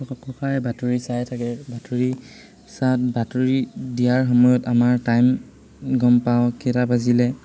ককাই বাতৰি চাই থাকে বাতৰি চাত বাতৰি দিয়াৰ সময়ত আমাৰ টাইম গম পাওঁ কেইটা বাজিলে